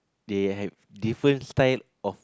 they have different style of